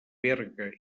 berga